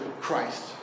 Christ